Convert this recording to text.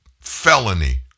felony